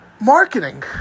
Marketing